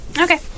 Okay